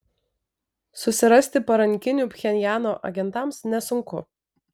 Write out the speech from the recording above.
susirasti parankinių pchenjano agentams nesunku